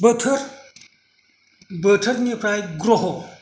बोथोर बोथोरनिफ्राय ग्रह